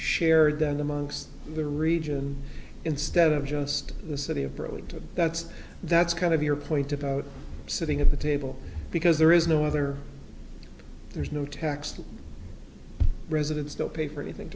shared then amongst the region instead of just the city of burlington that's that's kind of your point about sitting at the table because there is no other there's no tax the residents don't pay for anything